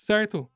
Certo